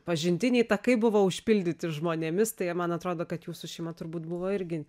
pažintiniai takai buvo užpildyti žmonėmis tai man atrodo kad jūsų šeima turbūt buvo irgi